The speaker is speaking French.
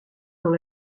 dans